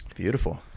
Beautiful